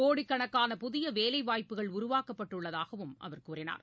கோடிக்கணக்கான புதிய வேலைவாய்ப்புகள் உருவாக்கப்பட்டு உள்ளதாகவும் அவர் கூறினார்